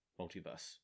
multiverse